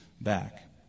back